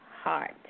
heart